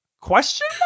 Question